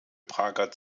prager